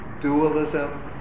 dualism